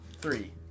three